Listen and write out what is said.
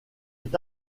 est